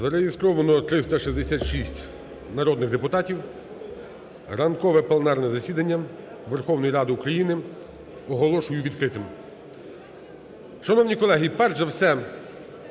Зареєстровано 366 народних депутатів. Ранкове пленарне засідання Верховної Ради України оголошую відкритим. Шановні колеги! Перш за все,